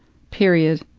period.